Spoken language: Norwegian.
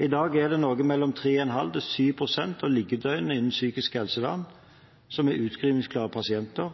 I dag er noe mellom 3,5 og 7 pst. av liggedøgnene i psykisk helsevern utskrivningsklare pasienter,